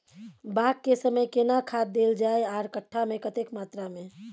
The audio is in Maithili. बाग के समय केना खाद देल जाय आर कट्ठा मे कतेक मात्रा मे?